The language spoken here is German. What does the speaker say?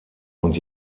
und